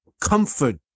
comfort